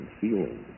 feeling